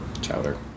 Chowder